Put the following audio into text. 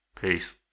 Peace